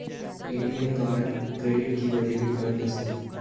ATM card credit किंवा debit card नसता